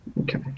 Okay